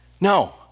No